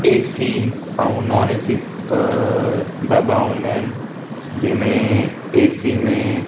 AC ऐं non AC अ दॿा हूंदा आहिनि जंहिंमें एसी में